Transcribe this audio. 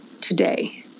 today